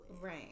Right